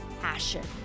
passion